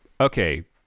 okay